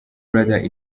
brother